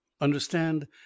Understand